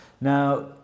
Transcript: Now